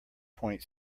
point